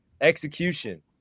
execution